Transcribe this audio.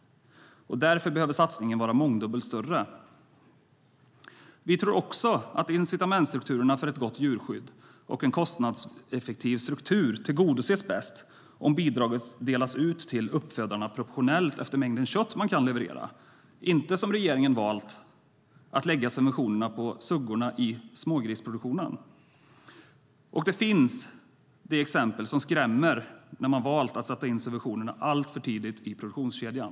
Satsningen behöver vara mångdubbelt större. Vi tror också att incitamentsstrukturerna för ett gott djurskydd och en kostnadseffektiv struktur bäst tillgodoses om bidraget delas ut till uppfödarna proportionellt efter mängden kött man kan leverera - inte, som regeringen valt, att lägga subventionerna på suggorna i smågrisproduktionen. Det finns exempel som skrämmer där man valt att sätta in subventionerna alltför tidigt i produktionskedjan.